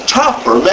tougher